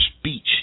speech